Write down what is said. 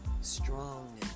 strong